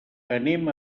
anem